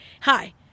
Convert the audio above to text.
Hi